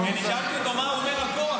כי אני שאלתי אותו מה הוא אומר על קרח.